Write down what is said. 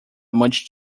much